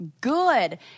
good